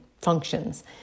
functions